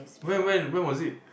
when when when was it